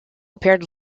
appeared